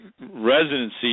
residency